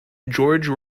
george